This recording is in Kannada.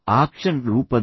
ಆಕ್ಷನ್ ರೂಪದಲ್ಲಿ